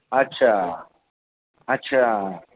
अच्छा अच्छा